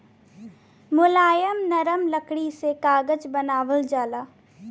मुलायम नरम लकड़ी से कागज बनावल जाला